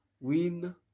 win